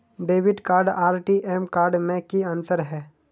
Debit card आर टी.एम card में की अंतर है?